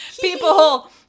People